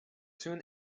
soon